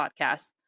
podcasts